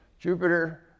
Jupiter